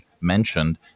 mentioned